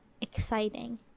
exciting